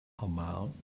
amount